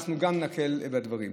אנחנו גם נקל בדברים.